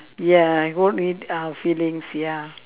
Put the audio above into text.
ya won't hurt our feelings ya